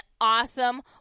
awesome